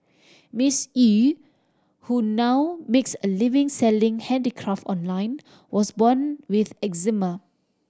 Miss Eu who now makes a living selling handicraft online was born with eczema